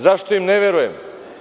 Zašto im ne verujem?